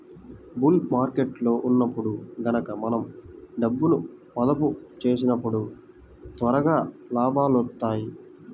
bull మార్కెట్టులో ఉన్నప్పుడు గనక మనం డబ్బును మదుపు చేసినప్పుడు త్వరగా లాభాలొత్తాయి